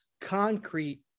Concrete